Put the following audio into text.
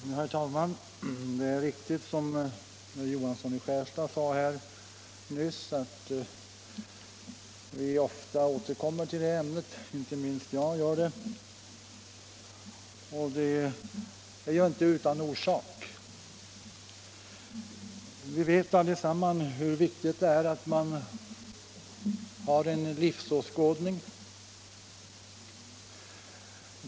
Herr talman! Det är riktigt som herr Johansson i Skärstad sade nyss att vi ofta återkommer till detta ämne — inte minst jag gör det. Och det är inte utan orsak. Vi vet alla hur viktigt det är att man har en livsåskådning.